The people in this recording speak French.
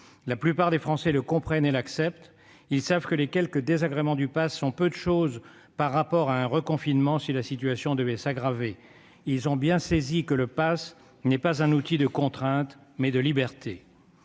La plupart des Français le comprennent et l'acceptent. Ils savent que les quelques désagréments liés au passe sont peu de chose par rapport à un reconfinement, si la situation devait s'aggraver. Ils ont bien saisi que le passe est un outil, non de contrainte, mais de liberté.